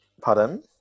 Pardon